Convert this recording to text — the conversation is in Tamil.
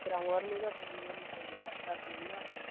அப்புறம் அவங்க வரும்போது அப்புறம் நம்ம ஊர் மக்கள் வந்தால் கரெக்டாக இருக்கணும்